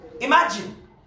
Imagine